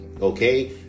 okay